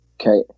Okay